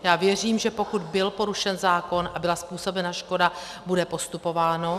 Já věřím, že pokud byl porušen zákon a byla způsobena škoda, bude postupováno.